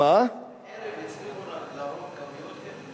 בחרב הצליחו להרוג כמויות כאלה?